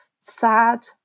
sad